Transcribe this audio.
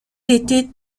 était